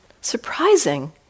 surprising